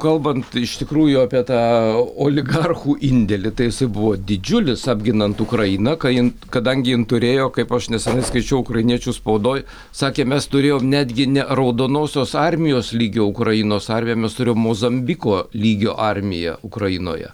kalbant iš tikrųjų apie tą oligarchų indėlį tai jisai buvo didžiulis apginant ukrainą kai jin kadangi jin turėjo kaip aš nesenai skaičiau ukrainiečių spaudoj sakė mes turėjom netgi ne raudonosios armijos lygio ukrainos armiją mes turim mozambiko lygio armiją ukrainoje